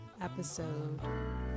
episode